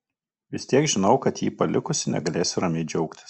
vis tiek žinau kad jį pasilikusi negalėsiu ramiai džiaugtis